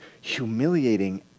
humiliating